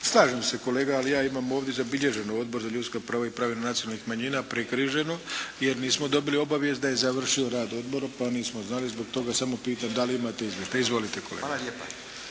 Slažem se kolega, ali ja imam ovdje zabilježeno, Odbor za ljudska prava i prava nacionalnih manjina prekriženo jer nismo dobili obavijest da je završio rad odbor pa nismo znali, zbog toga samo pitam da li imate izvještaj. Izvolite kolega.